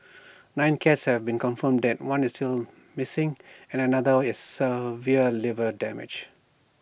nine cats have been confirmed dead one is still missing and another severe liver damage